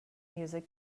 music